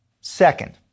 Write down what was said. Second